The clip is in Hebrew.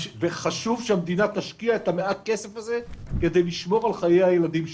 וחשוב שהמדינה תשקיע את המעט כסף הזה כדי לשמור על חיי הילדים שלנו.